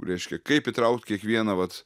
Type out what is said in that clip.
reiškia kaip įtraukt kiekvieną vat